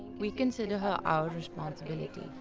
we consider her our responsibility.